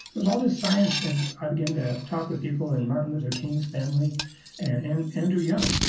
there was all this science and i began to talk with people in martin luther king's family and andrew young.